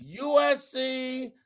USC